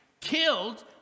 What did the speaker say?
killed